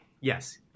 yes